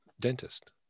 dentist